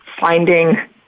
finding